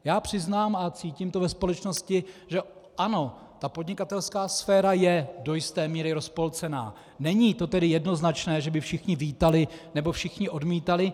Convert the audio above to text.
Já přiznám a cítím to ve společnosti že ano, ta podnikatelská sféra je do jisté míry rozpolcená, není to tedy jednoznačné, že by všichni vítali nebo všichni odmítali.